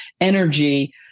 energy